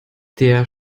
der